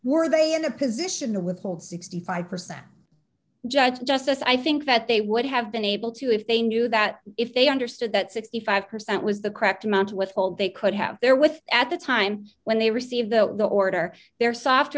were they in a position the withhold sixty five percent judge justice i think that they would have been able to if they knew that if they understood that sixty five percent was the correct amount to withhold they could have their with at the time when they received the order their soft